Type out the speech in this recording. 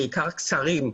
בעיקר קצרים,